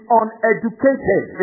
uneducated